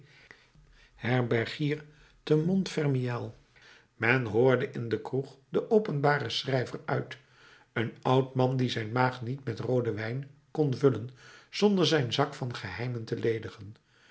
herbergier te montfermeil men hoorde in de kroeg den openbaren schrijver uit een oud man die zijn maag niet met rooden wijn kon vullen zonder zijn zak van geheimen te ledigen